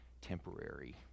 temporary